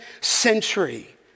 century